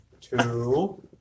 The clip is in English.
Two